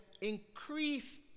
increase